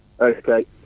Okay